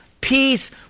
peace